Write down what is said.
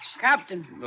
Captain